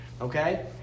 Okay